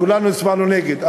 כולנו הצבענו נגד,